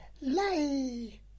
lay